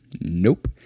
Nope